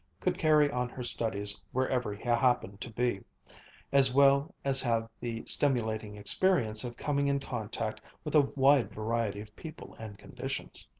could carry on her studies wherever he happened to be as well as have the stimulating experience of coming in contact with a wide variety of people and conditions.